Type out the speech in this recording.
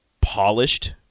polished